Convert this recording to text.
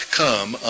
come